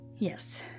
Yes